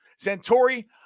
Santori